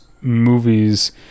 movies